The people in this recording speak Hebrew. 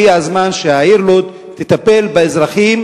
הגיע הזמן שהעיר לוד תטפל באזרחים